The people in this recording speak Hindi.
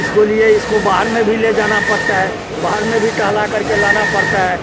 इसको लिए इसको बाहर में भी ले जाना पड़ता है बाहर में भी टहला करके लाना पड़ता है